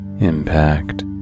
impact